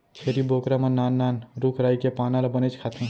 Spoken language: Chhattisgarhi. छेरी बोकरा मन नान नान रूख राई के पाना ल बनेच खाथें